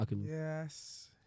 Yes